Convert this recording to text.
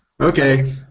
Okay